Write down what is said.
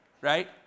right